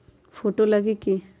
Photo लगी कि?